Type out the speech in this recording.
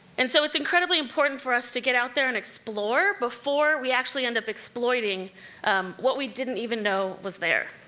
and so it's incredibly important for us to get out there and explore, before we actually end up exploiting what we didn't even know was there.